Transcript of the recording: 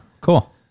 cool